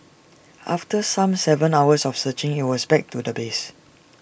after some Seven hours of searching IT was back to the base